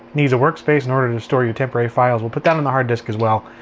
needs a workspace in order to store your temporary files, we'll put that on the hard disk as well.